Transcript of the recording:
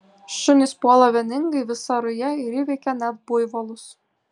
šunys puola vieningai visa ruja ir įveikia net buivolus